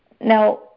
Now